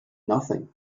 nothing